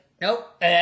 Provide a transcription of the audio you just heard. Nope